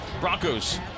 Broncos